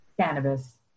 cannabis